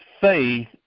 Faith